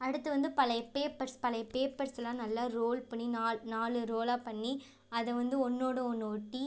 அடுத்து வந்து பழைய பேப்பர்ஸ் பழைய பேப்பர்ஸேலாம் நல்லா ரோல் பண்ணி நால் நாலு ரோலாக பண்ணி அதை வந்து ஒன்றோடு ஒன்று ஒட்டி